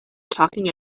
talking